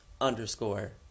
underscore